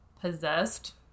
possessed